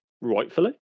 Rightfully